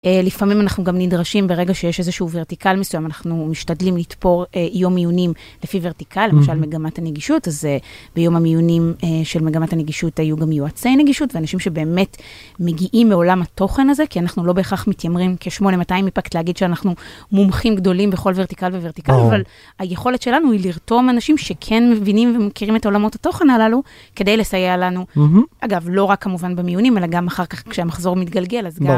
לפעמים אנחנו גם נדרשים, ברגע שיש איזשהו ורטיקל מסוים, אנחנו משתדלים לתפור יום מיונים לפי ורטיקל, למשל מגמת הנגישות, אז ביום המיונים של מגמת הנגישות היו גם יועצי נגישות, ואנשים שבאמת מגיעים מעולם התוכן הזה, כי אנחנו לא בהכרח מתיימרים כ-8200 אימפקט להגיד שאנחנו מומחים גדולים בכל ורטיקל וורטיקל, ברור, אבל היכולת שלנו היא לרתום אנשים שכן מבינים ומכירים את עולמות התוכן הללו, כדי לסייע לנו, אגב לא רק כמובן במיונים, אלא גם אחר כך כשהמחזור מתגלגל, אז גם.